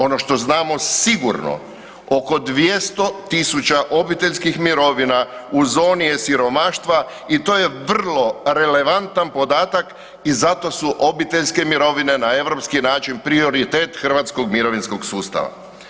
Ono što znamo sigurno, oko 200 000 obiteljskih mirovina u zoni je siromaštva i to je vrlo relevantan podatak i zato su obiteljske mirovine na europski način prioritet hrvatskog mirovinskog sustava.